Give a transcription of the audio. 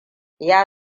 ya